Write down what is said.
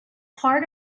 part